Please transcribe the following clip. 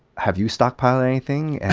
have you stockpiled anything? and